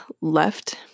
left